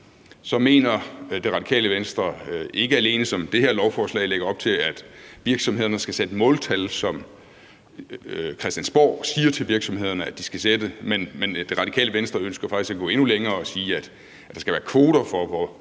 så mener Radikale Venstre ikke alene, som det her lovforslag lægger op til, at virksomhederne skal sætte måltal, som Christiansborg siger til virksomhederne at de skal sætte, men Radikale Venstre ønsker faktisk at gå endnu længere og sige, at der skal være kvoter for, hvor